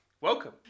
Welcome